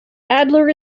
adler